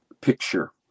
picture